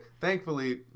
thankfully